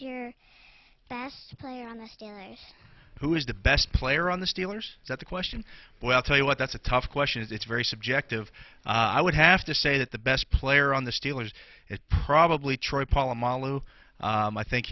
yes who is the best player on the steelers at the question well tell you what that's a tough question it's very subjective i would have to say that the best player on the steelers it probably troy polamalu i think